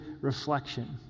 reflection